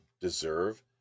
deserve